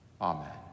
Amen